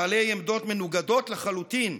בעלי עמדות מנוגדות לחלוטין,